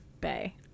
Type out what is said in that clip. Bay